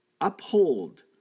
uphold